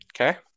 Okay